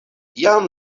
jam